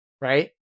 right